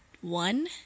One